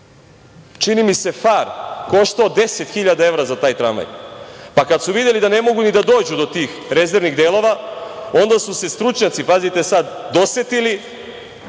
čini mi se, far koštao 10 hiljada evra za taj tramvaj pa kada su videli da ne mogu ni da dođu do tih rezervnih delova, onda su se stručnjaci, pazite sad, dosetili